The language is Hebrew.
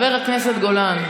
חבר הכנסת גולן.